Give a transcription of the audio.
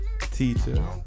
teacher